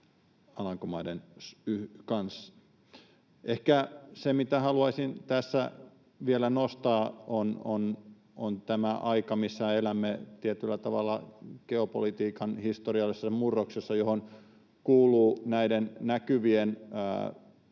Alankomaiden kanssa. Ehkä se, mitä haluaisin tässä vielä nostaa, on tämä aika, missä elämme tietyllä tavalla geopolitiikan historiallisessa murroksessa, johon kuuluvat näiden näkyvien hirveyksien